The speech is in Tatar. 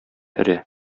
өрә